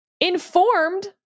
Informed